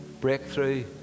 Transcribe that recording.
breakthrough